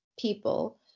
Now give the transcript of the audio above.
People